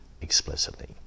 explicitly